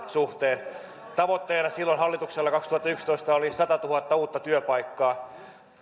suhteen tavoitteena hallituksella kaksituhattayksitoista oli satatuhatta uutta työpaikkaa